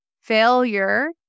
failure